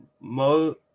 Mo